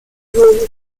gaules